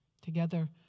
Together